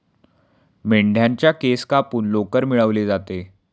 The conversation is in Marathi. मेंढ्यांच्या केस कापून लोकर मिळवली जाते